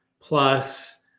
plus